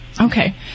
Okay